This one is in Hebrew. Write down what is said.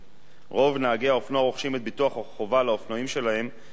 רוב נהגי האופנוע רוכשים את ביטוח החובה לאופנועים שלהם מחברת "הפול",